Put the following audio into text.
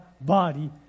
body